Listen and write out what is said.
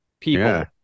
people